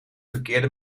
verkeerde